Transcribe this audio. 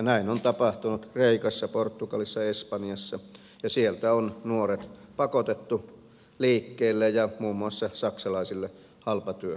näin on tapahtunut kreikassa portugalissa espanjassa ja sieltä on nuoret pakotettu liikkeelle ja muun muassa saksalaisille halpatyömarkkinoille